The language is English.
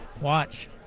Watch